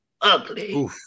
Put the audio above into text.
Ugly